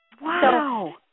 Wow